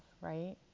right